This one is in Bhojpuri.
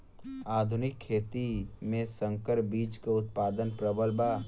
आधुनिक खेती में संकर बीज क उतपादन प्रबल बा